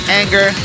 anger